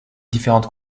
différentes